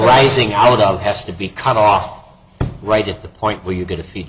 arising out of has to be cut off right at the point where you get a free